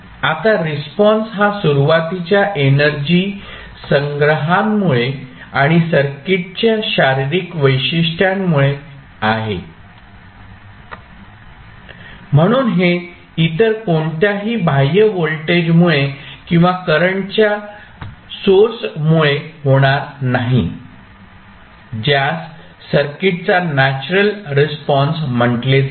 आता रिस्पॉन्स हा सुरुवातीच्या एनर्जी संग्रहामुळे आणि सर्किटच्या शारीरिक वैशिष्ट्यामुळे आहे म्हणून हे इतर कोणत्याही बाह्य व्होल्टेजमुळे किंवा करंटच्या सोर्स मुळे होणार नाही ज्यास सर्किटचा नॅचरल रिस्पॉन्स म्हटले जाते